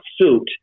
suit